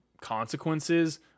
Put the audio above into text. consequences